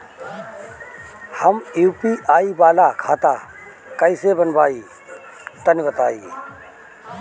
हम यू.पी.आई वाला खाता कइसे बनवाई तनि बताई?